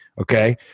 Okay